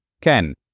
Ken